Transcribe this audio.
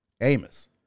Amos